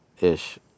ish